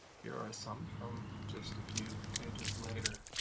here are some from just a few pages later.